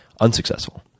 unsuccessful